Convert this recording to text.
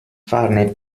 farne